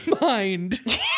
Mind